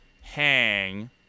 hang